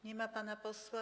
Nie ma pana posła.